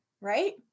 right